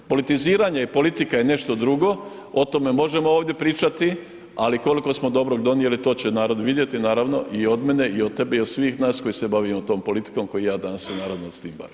Politiziranje i politika je nešto drugo, o tome možemo ovdje pričati, ali koliko smo dobrog donijeli to će narod vidjeti, naravno i od mene i od tebe i od svih nas koji se bavimo tom politikom koju ja danas … [[Govornik se ne razumije]] tim bavim.